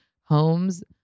homes